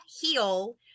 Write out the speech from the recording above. heal